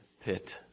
pit